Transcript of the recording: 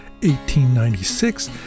1896